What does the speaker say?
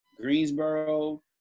Greensboro